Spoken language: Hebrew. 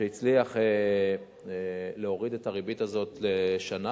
שהצליח להוריד את הריבית הזאת לשנה.